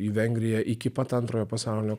į vengriją iki pat antrojo pasaulinio